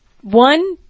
One